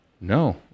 no